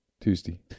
Tuesday